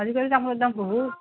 আজিকালি তামোলৰ দাম বহুত